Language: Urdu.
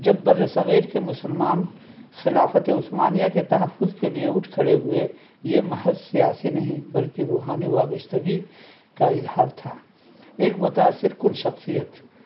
جب بر صغیر کے مسلمان خلافت عثمانیہ کے تحفظ کے لیے اٹھ کھڑے ہوئے یہ محض سیاسی نہیں بلکہ روحانی وابستگی کا اظہار تھا ایک متاثر کن شخصیت